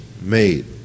made